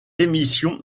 émission